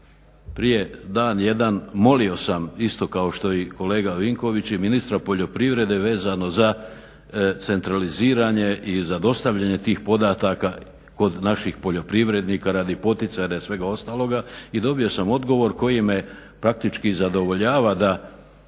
Prije dan, jedan molio sam isto kao i što kolega Vinković i ministra poljoprivrede vezano za centraliziranje i za dostavljanje tih podataka kod naših poljoprivrednika radi poticanja i svega ostaloga i dobio sam odgovor koji me praktički zadovoljava da